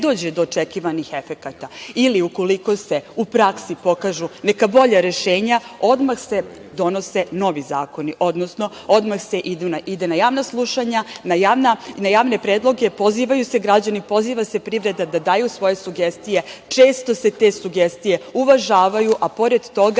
dođe do očekivanih efekata ili ukoliko se u praksi pokažu neka bolja rešenja, odmah se donose novi zakoni, odnosno odmah se ide na javna slušanja, na javne predloge, pozivaju se građani, poziva se privreda da da svoje sugestije i često se te sugestije uvažavaju, a pored toga,